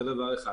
זה דבר ראשון.